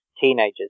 teenagers